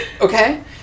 Okay